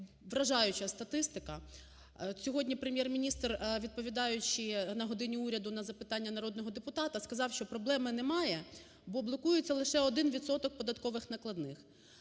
вражаюча статистика. От сьогодні Прем'єр-міністр, відповідаючи "на годині Уряду" на запитання народного депутата, сказав, що проблеми немає, бо блокується лише один відсоток податкових накладних.